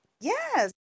yes